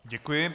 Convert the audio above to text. Děkuji.